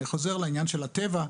אני חוזר לעניין של הטבע,